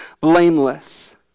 blameless